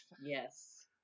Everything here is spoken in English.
Yes